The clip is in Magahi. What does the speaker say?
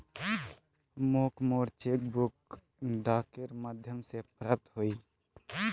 मोक मोर चेक बुक डाकेर माध्यम से प्राप्त होइए